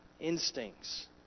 instincts